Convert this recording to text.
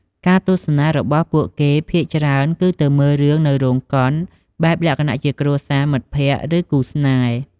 ការទស្សនារបស់ពួកគេភាគច្រើនគឺទៅមើលរឿងនៅរោងកុន បែបលក្ខណៈជា គ្រួសារ មិត្តភក្តិ ឬគូស្នេហ៍ ។